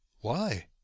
Why